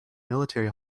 military